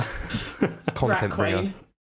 content